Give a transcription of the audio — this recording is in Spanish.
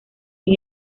sin